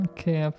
Okay